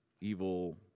evil